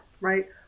right